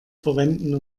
verwenden